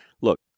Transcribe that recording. look